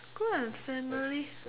group and family